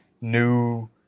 new